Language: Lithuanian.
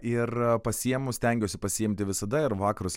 ir pasiėmus stengiuosi pasiimti visada ir vakarus